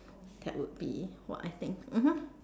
that would be what I think mmhmm